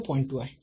2 आहे